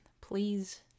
please